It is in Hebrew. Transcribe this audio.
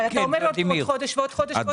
אבל אתה אומר עוד חודש ועוד חודש ועוד חודש.